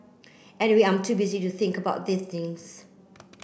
anyway I'm too busy to think about these things